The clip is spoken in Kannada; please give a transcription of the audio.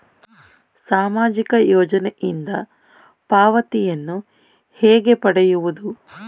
ಸಾಮಾಜಿಕ ಯೋಜನೆಯಿಂದ ಪಾವತಿಯನ್ನು ಹೇಗೆ ಪಡೆಯುವುದು?